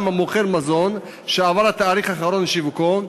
המוכר מזון שעבר התאריך האחרון לשיווקו,